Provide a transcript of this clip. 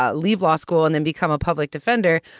ah leave law school and then become a public defender.